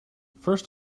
first